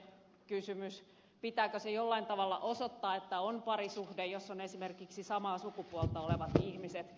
pitääkö se jollain tavalla osoittaa että on parisuhde jos on esimerkiksi samaa sukupuolta olevat ihmiset